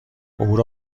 عبور